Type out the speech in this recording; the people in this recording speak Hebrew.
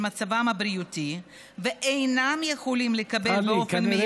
מצבם הבריאותי ואינם יכולים לקבל באופן מיידי את כספי הפיקדון,